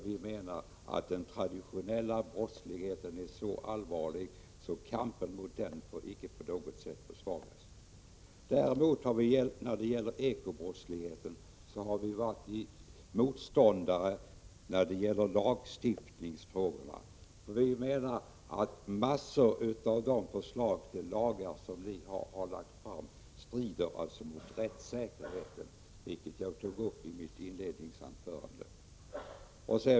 Vi menar att den traditionella brottsligheten är så allvarlig att kampen mot den icke på något sätt får försvagas. När det däremot gäller ekobrottsligheten har vi varit motståndare i lagstiftningsfrågorna. Vi menar att en mängd lagförslag strider mot rättssäkerheten, vilket jag tog upp i mitt inledningsanförande.